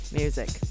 music